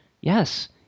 Yes